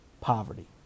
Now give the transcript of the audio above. poverty